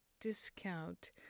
discount